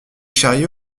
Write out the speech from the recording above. charrier